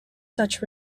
such